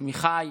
עמיחי,